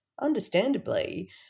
understandably